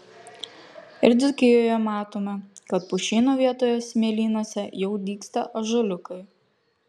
ir dzūkijoje matome kad pušynų vietoje smėlynuose jau dygsta ąžuoliukai